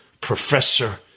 Professor